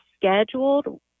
scheduled